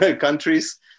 countries